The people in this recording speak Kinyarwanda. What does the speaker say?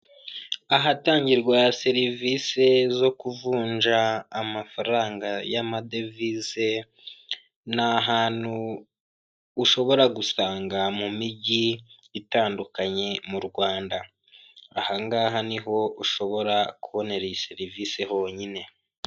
Ahatangirwa serivise zo kuvunja amafaranga y'amadevize ni hantu ushobora gusanga mu mijyi itandukanye mu Rwanda, aha ngaha niho ushobora kubonera iyi serivise honyine.